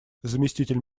заместитель